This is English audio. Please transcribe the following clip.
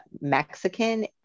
Mexican